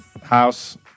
House